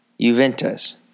Juventus